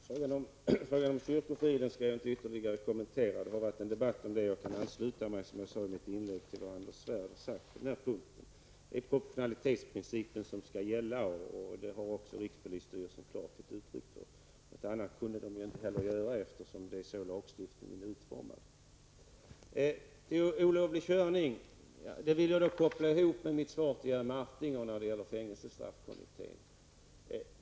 Herr talman! Frågan om kyrkofriden skall jag inte ytterligare kommentera. Det har varit en debatt om det, och jag kan, som jag sade i min inledning, ansluta mig till vad Anders Svärd sagt på den punkten. Det är proportionalitetsprincipen som skall gälla, och det har också rikspolisstyrelsen klart givit uttryck för. Något annat kunde man ju heller inte göra, eftersom det är så lagstiftningen är utformad. Krister Skånbergs fråga om olovlig körning vill jag koppla ihop med mitt svar till Jerry Martinger när det gäller fängelsestraffkommittén.